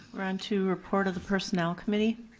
we're onto report of the personnel committee.